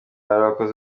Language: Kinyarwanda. abakoze